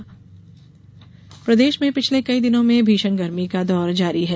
मौसम प्रदेश में पिछले कई दिनों से भीषण गर्मी का दौर जारी है